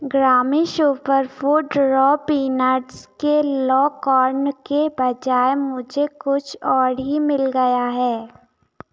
ग्रामी superfood raw peanuts के ला कार्न के बजाय मुझे कुछ और ही मिल गया है